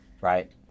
right